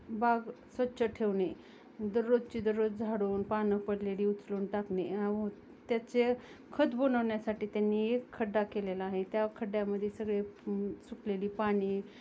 बाग स्वच्छ ठेवणे दररोजची दररोज झाडून पानं पडलेली उचलून टाकणे त्याचे खत बनवण्यासाठी त्यांनी एक खड्डा केलेला आहे त्या खड्ड्यामध्ये सगळे सुकलेली पाने